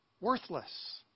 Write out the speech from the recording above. Worthless